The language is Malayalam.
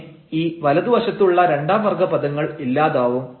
പിന്നെ ഈ വലതുവശത്തുള്ള രണ്ടാം വർഗ്ഗ പദങ്ങൾ ഇല്ലാതാവും